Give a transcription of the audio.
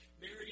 Mary